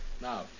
Now